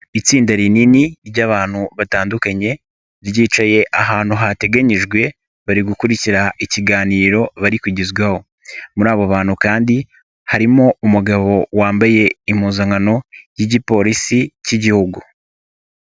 Itsinda rinini ry'abantu batandukanye, ryicaye ahantu hateganyijwe bari gukurikira ikiganiro bari kugezwaho. Muri abo bantu kandi harimo umugabo wambaye impuzankano y'igipolisi cy'igihugu.